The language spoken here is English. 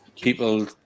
people